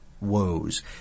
woes